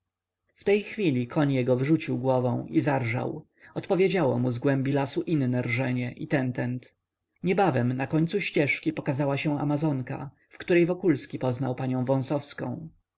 w tej chwili koń jego wyrzucił głową i zarżał odpowiedziało mu w głębi lasu inne rżenie i tentent niebawem na końcu ścieżki pokazała się amazonka w której wokulski poznał panią